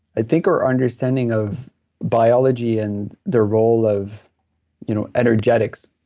i think our understanding of biology and the role of you know energetics,